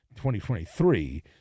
2023